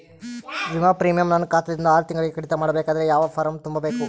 ವಿಮಾ ಪ್ರೀಮಿಯಂ ನನ್ನ ಖಾತಾ ದಿಂದ ಆರು ತಿಂಗಳಗೆ ಕಡಿತ ಮಾಡಬೇಕಾದರೆ ಯಾವ ಫಾರಂ ತುಂಬಬೇಕು?